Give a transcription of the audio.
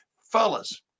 fellas